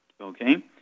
okay